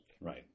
Right